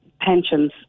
pensions